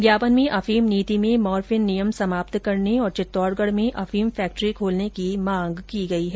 ज्ञापन में अफीम नीति में मार्फिन नियम समाप्त करने और चित्तौडगढ में अफीम फैक्ट्री खोलने की मांग की गई है